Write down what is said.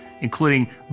including